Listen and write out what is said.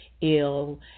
ill